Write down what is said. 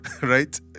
right